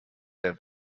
der